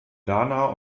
dana